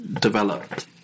developed